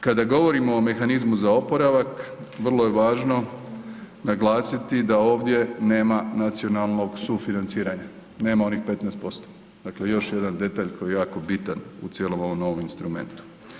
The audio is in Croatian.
Kada govorimo o mehanizmu za oporavak vrlo je važno naglasiti da ovdje nema nacionalnog sufinanciranja, nema onih 15%, dakle još jedan detalj koji je jako bitan u cijelom ovom novom instrumentu.